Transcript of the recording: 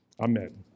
Amen